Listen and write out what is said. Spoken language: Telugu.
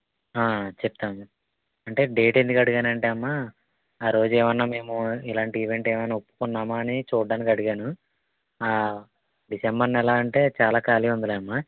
చెప్తాను అంటే డేట్ ఎందుకు అడిగానంటే అమ్మా ఆ రోజు ఏమైనా మేము ఇలాంటి ఈవెంట్ ఏమైనా ఒప్పుకున్నామా అని చూడటానికి అడిగాను డిసెంబర్ నెలా అంటే చాలా కాలమే ఉందిలేమ్మా